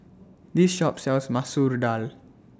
This Shop sells Masoor Dal